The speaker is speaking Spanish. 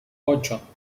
ocho